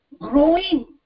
growing